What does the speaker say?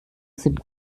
sind